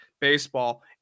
baseball